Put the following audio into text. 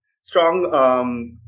strong